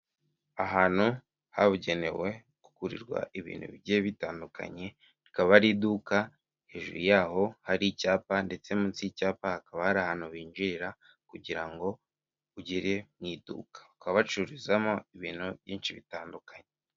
Ahantu habugenewe kugurirwa ibintu bigiye bitandukanye, rikaba ari iduka, hejuru yaho hari icyapa, ndetse munsi y'icyapa hakaba hari ahantu binjirira kugira ngo ugere mu iduka. Bakaba bacururizamo ibintu byinshi bitandukanye.